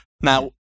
now